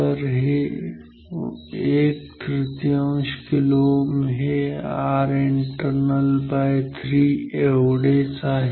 तर हे ⅓ kΩ हे Rinternal 3 एवढेच आहे